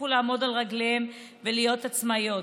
יצליחו לעמוד על רגליהן ולהיות עצמאיות.